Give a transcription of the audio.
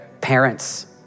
parents